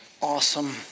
awesome